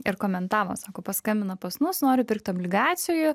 ir komentavo sako paskambina pas mus noriu pirkt obligacijų